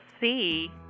see